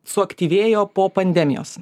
suaktyvėjo po pandemijos